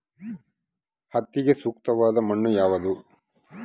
ಹತ್ತಿಗೆ ಸೂಕ್ತವಾದ ಮಣ್ಣು ಯಾವುದು?